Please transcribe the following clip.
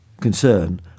concern